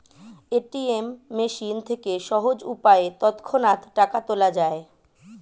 ATM machine থেকে সহজ উপায়ে তৎক্ষণাৎ টাকা তোলা যায়